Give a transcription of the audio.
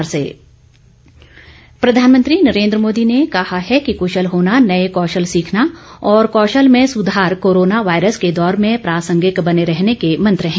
प्रधानमंत्री प्रधानमंत्री नरेन्द्र मोदी ने कहा है कि कुशल होना नए कौशल सीखना और कौशल में सुधार कोरोना वायरस के दौर में प्रासंगिक बने रहने के मंत्र हैं